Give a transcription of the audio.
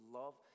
love